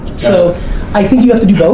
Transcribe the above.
so i think you have to do